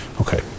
Okay